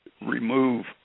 remove